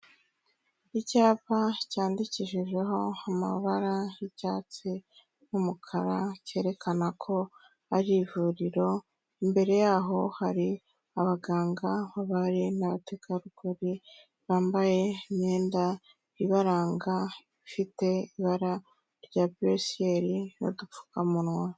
Icyapa cyandikishijeho amabara y'icyatsi n'umukara, cyerekana ko ari ivuriro, imbere yaho hari abaganga b'abari n'abategarugori, bambaye imyenda ibaranga ifite ibara rya bure siyeli n'udupfukamunwa.